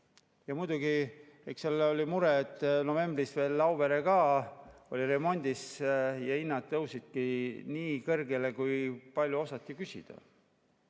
Muidugi, eks jälle oli mure, et novembris oli Auvere ka veel remondis. Hinnad tõusidki nii kõrgele, kui palju osati küsida.